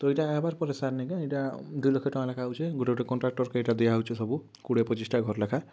ତୋ ଏଇଟା ଆମାର୍ ପରେ ସାନ୍ ନାଇଁ ଆଜ୍ଞା ଏଇଟା ଦୁଇ ଲକ୍ଷ ଟଙ୍କା ଲେଖାଁ ଆଉଛେ ଗୋଟେ ଗୋଟେ କଣ୍ଟ୍ରାକ୍ଟର୍ କେ ଏଇଟା ଦିଆ ହଉଛେ ସବୁ କୋଡ଼ିଏ ପଚିଶ୍ଟା ଘର ଲେଖାଁ